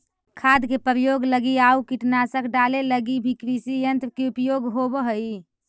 खाद के प्रयोग लगी आउ कीटनाशक डाले लगी भी कृषियन्त्र के उपयोग होवऽ हई